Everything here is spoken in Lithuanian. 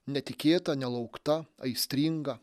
netikėta nelaukta aistringa